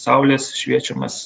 saulės šviečiamas